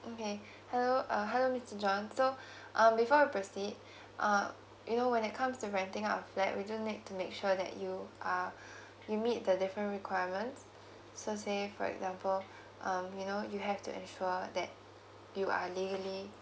okay hello uh hello mister john so um before I proceed uh you know when it comes to renting out a flat we just need to make sure that you are you meet the different requirements so say for example um you know you have to ensure that you are legally